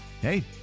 hey